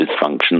dysfunction